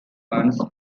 once